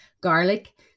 garlic